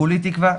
כולי תקווה.